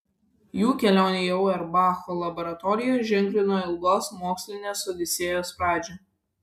jų kelionė į auerbacho laboratoriją ženklino ilgos mokslinės odisėjos pradžią